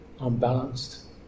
unbalanced